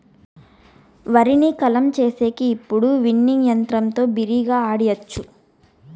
వరిని కల్లం చేసేకి ఇప్పుడు విన్నింగ్ యంత్రంతో బిరిగ్గా ఆడియచ్చు